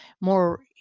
more